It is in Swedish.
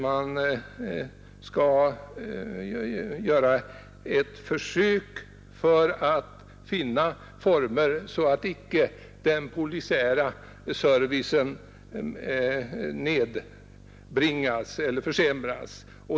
Man skall göra ett försök att finna sådana former för den polisiära servicen att denna inte försämras.